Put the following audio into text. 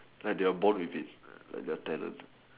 like they are born with it like they are talent